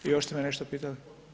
I još ste me nešto pitali?